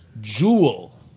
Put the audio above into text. Jewel